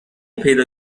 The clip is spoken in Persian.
پیدا